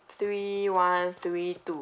three one three two